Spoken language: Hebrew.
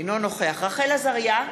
אינו נוכח רחל עזריה,